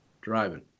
driving